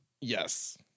Yes